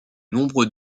nombreux